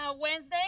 Wednesday